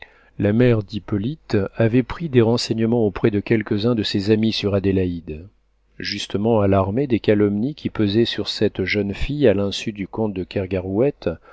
la mère d'hippolyte avait pris des renseignements auprès de quelques-uns de ses amis sur adélaïde justement alarmée des calomnies qui pesaient sur cette jeune fille à l'insu du comte de